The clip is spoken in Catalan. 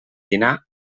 dinar